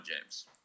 James